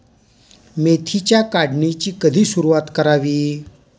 मेथीच्या काढणीची कधी सुरूवात करावी?